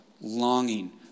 longing